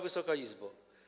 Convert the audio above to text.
Wysoka Izbo!